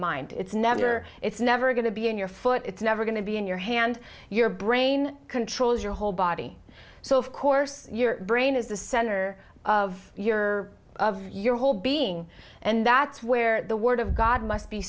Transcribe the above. mind it's never it's never going to be in your foot it's never going to be in your hand your brain controls your whole body so of course your brain is the center of your of your whole being and that's where the word of god must be